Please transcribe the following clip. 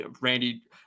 Randy